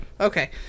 okay